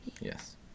yes